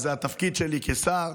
זה התפקיד שלי כשר.